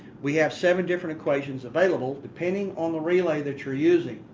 we have seven different equations available depending on the relay that you're using.